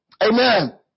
Amen